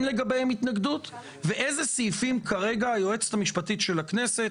לגביהם התנגדות ואיזה סעיפים כרגע היועצת המשפטית של הכנסת,